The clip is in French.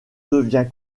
devient